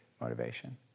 motivation